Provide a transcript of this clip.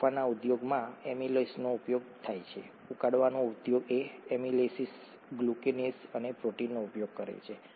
બાફવાના ઉદ્યોગમાં એમીલેસનો ઉપયોગ થાય છે ઉકાળવાનો ઉદ્યોગ એ એમિલેસિસ ગ્લુકેનેઝ અને પ્રોટીઝનો ઉપયોગ કરે છે